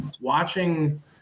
watching